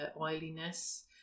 oiliness